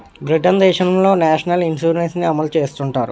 Britain దేశంలో national insurance ని అమలు చేస్తుంటారు